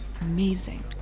Amazing